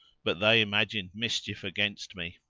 but they imagined mischief against me.